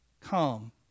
come